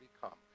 become